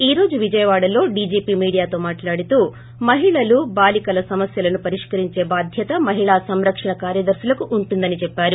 ఈ రోజు విజయవాడలో డీజీపీ మీడియా తో మాట్లాడుతూ మహిళలు బాలికల సమస్యల ను పరిష్కరించే బాధ్వత మహిళా సంరక్షణ కార్యదర్తులకు ఉంటుందని చెప్పారు